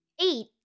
Eight